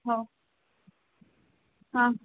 हो हां